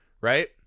Right